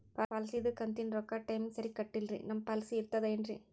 ಪಾಲಿಸಿದು ಕಂತಿನ ರೊಕ್ಕ ಟೈಮಿಗ್ ಸರಿಗೆ ಕಟ್ಟಿಲ್ರಿ ನಮ್ ಪಾಲಿಸಿ ಇರ್ತದ ಏನ್ರಿ?